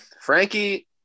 Frankie